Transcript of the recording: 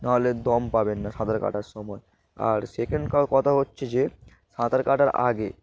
নাহলে দম পাবেন না সাঁতার কাটার সময় আর সেকেন্ড কথা হচ্ছে যে সাঁতার কাটার আগে